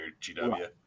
GW